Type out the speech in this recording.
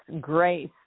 grace